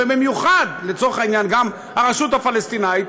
ובמיוחד לצורך העניין גם הרשות הפלסטינית,